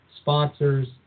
sponsors